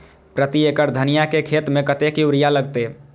प्रति एकड़ धनिया के खेत में कतेक यूरिया लगते?